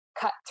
cut